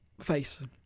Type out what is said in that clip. face